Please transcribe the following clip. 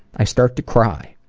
i start to cry.